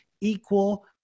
equal